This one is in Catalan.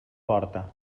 porta